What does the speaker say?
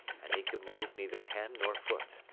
and he could move neither hand nor foot.